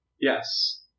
Yes